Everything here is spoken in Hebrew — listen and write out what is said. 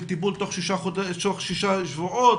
של טיפול תוך שישה שבועות.